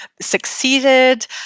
succeeded